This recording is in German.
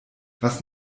was